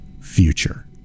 future